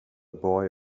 boy